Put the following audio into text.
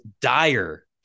dire